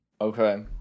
Okay